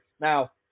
Now